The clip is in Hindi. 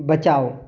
बचाओ